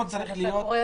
אני שואל רגע,